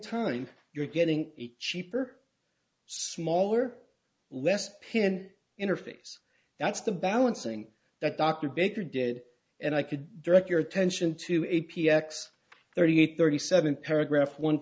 time you're getting a cheaper smaller less pin interface that's the balancing that dr baker did and i could direct your attention to a p x thirty eight thirty seven paragraph one